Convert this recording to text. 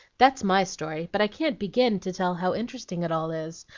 that's my story, but i can't begin to tell how interesting it all is,